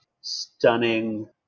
stunning